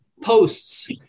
posts